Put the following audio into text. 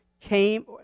came